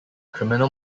criminal